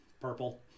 Purple